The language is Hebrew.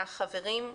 החברים,